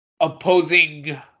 opposing